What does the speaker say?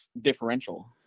differential